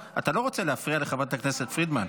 אתה לא רוצה להפריע לחברת הכנסת פרידמן.